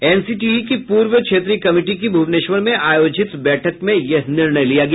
NCTE की पूर्व क्षेत्रीय कमिटी की भूवनेश्वर में आयोजित बैठक में यह निर्णय लिया गया